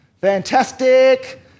Fantastic